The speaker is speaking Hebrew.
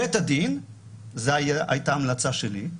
זו הייתה המלצה שלי,